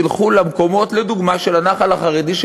שילכו למקומות כמו הנח"ל החרדי,